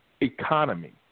economy